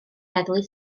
heddlu